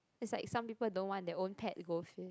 it's like some people don't want their own pet goldfish